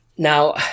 Now